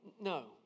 no